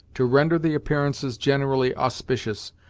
to render the appearances generally auspicious,